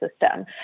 system